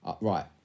Right